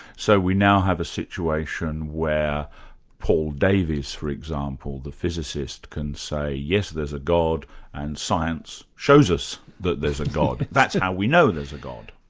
so we now have a situation where paul davies for example, the physicist, can say yes there's a god and science shows us there's a god, that's how we know there's a god.